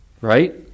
right